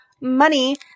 money